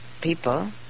people